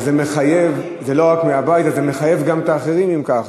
זה לא רק מהבית, אז זה מחייב גם את האחרים, אם כך.